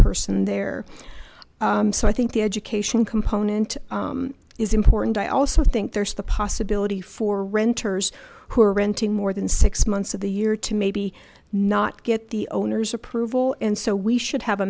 person there so i think the education component is important i also think there's the possibility for renters who are renting more than six months of the year to maybe not get the owner's approval and so we should have a